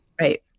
Right